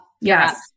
yes